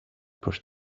pushed